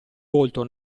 volto